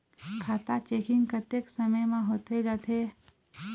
खाता चेकिंग कतेक समय म होथे जाथे?